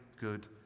good